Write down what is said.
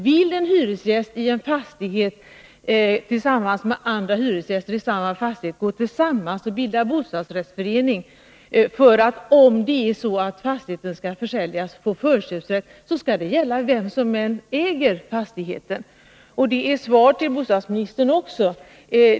Vill en hyresgäst i en fastighet gå tillsammans med andra hyresgäster i samma fastighet och bilda bostadsrättsförening och få förköpsrätt, om fastigheten skall försäljas, skall det gälla vem som än äger fastigheten. Det är svar till bostadsministern också.